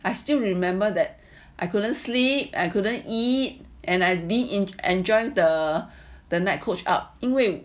I still remember that I couldn't sleep I couldn't eat and I didn't enjoy the the night coach up 因为